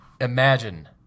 Imagine